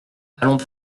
allons